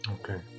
Okay